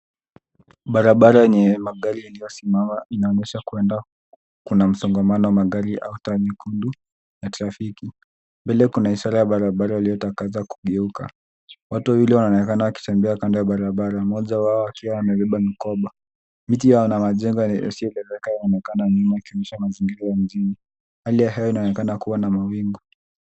Barabara yenye magari iliyosimama inaonyesha kuenda kuna msongamano wa magari au taa nyekundu ya trafiki. Mbele kuna ishara ya barabara waliokataza kugeuka. Watu wawili wanaonekana wakitembea kando ya barabara. Moja wao akiwa akiwa amebeba mikoba. Miti yao na majengo yasiyoelezeka yanaonekana nyuma yakionyesha mazingira ya mjini. Hali ya hewa inaonekana kuwa na mawingu.